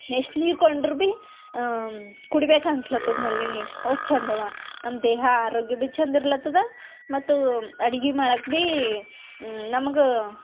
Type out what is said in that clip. ಎಷ್ಟು ನೀರು ಕೊಂಡರೂ ಭಿ ಕುಡಿಬೇಕು ಅನ್ಸ್ಲತ್ತದ ನಲ್ಲಿ ನೀರು ಅವ್ರ್ ಚಂದವ ನಮ್ಮ ದೇಹ ಆರೋಗ್ಯ ಭಿ ಚಂದ ಇರ್ಲತ್ತದ ಮತ್ತು ಅಡ್ಗೆ ಮಾಡಕ್ಕೆ ಭಿ ನಮಗೆ